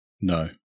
No